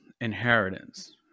inheritance